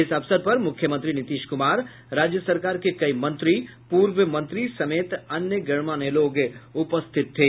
इस अवसर पर मुख्यमंत्री नीतीश कुमार राज्य सरकार के कई मंत्री पूर्व मंत्री समेत अन्य गणमान्य लोग उपस्थित थे